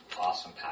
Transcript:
awesome